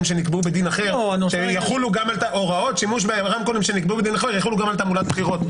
שנקבעו בדין אחר יחולו גם על תעמולת בחירות,